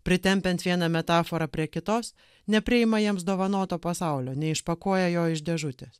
pritempiant vieną metaforą prie kitos nepriima jiems dovanoto pasaulio neišpakuoja jo iš dėžutės